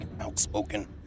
outspoken